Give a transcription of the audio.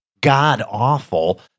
god-awful